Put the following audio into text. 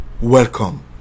Welcome